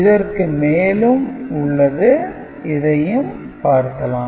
இதற்கு மேலும் உள்ளது இதையும் பார்க்கலாம்